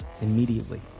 immediately